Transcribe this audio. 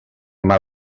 mal